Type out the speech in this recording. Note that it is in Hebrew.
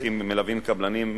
שעוסקים ומלווים קבלנים.